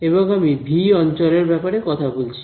এবং আমি ভি অঞ্চলের ব্যাপারে কথা বলছি